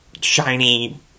shiny